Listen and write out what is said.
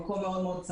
במקום מאוד סמוך.